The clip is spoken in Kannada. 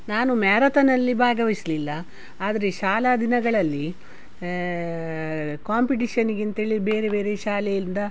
ನಾನು ಮ್ಯಾರತಾನಲ್ಲಿ ಭಾಗವಹಿಸ್ಲಿಲ್ಲ ಆದರೆ ಶಾಲಾ ದಿನಗಳಲ್ಲಿ ಕಾಂಪಿಟೀಷನಿಗಂತೇಳಿ ಬೇರೆ ಬೇರೆ ಶಾಲೆಯಿಂದ